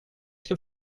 ska